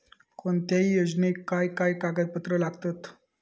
कोणत्याही योजनेक काय काय कागदपत्र लागतत?